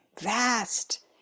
Vast